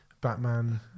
batman